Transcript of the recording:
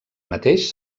mateix